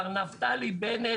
מר נפתלי בנט,